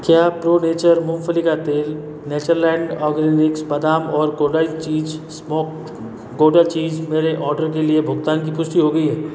क्या Pro Nature मूँगफली का तेल नेचरलैंड ऑर्गॅनिक्स बादाम और Kodai cheese smoked Kodai cheese मेरे ऑर्डर के लिए भुगतान की पुष्टि हो गई है